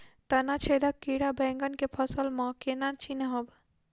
तना छेदक कीड़ा बैंगन केँ फसल म केना चिनहब?